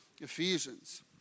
Ephesians